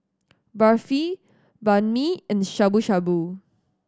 Barfi Banh Mi and Shabu Shabu